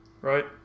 right